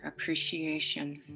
appreciation